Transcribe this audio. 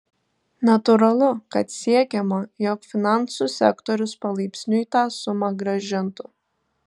natūralu kad siekiama jog finansų sektorius palaipsniui tą sumą grąžintų